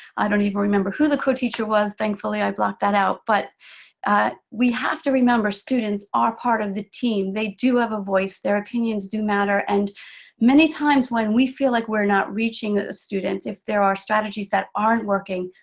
i don't even remember who the co-teacher was, thankfully i blocked that out. but we have to remember students are part of the team. they do have a voice. their opinions do matter, and many times, when we feel like we're not reaching the students, if there are strategies that aren't working,